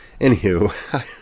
Anywho